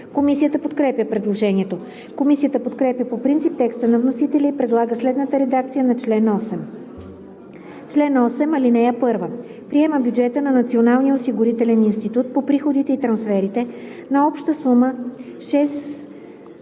Комисията подкрепя предложението. Комисията подкрепя по принцип текста на вносителя и предлага следната редакция на чл. 8: „Чл. 8. (1) Приема бюджета на Националния осигурителен институт по приходите и трансферите на обща сума 6